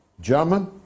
German